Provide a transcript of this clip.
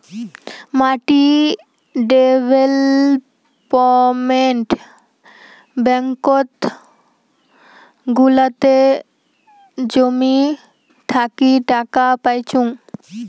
মাটি ডেভেলপমেন্ট ব্যাঙ্কত গুলাতে জমি থাকি টাকা পাইচুঙ